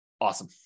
Awesome